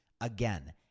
Again